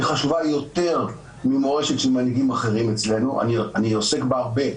היא חשובה יותר ממורשת של מנהיגים אחרים אצלנו אני עוסק בה הרבה,